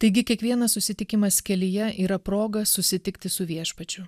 taigi kiekvienas susitikimas kelyje yra proga susitikti su viešpačiu